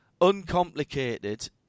uncomplicated